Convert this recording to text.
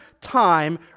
time